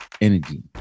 energy